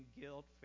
guilt